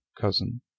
cousin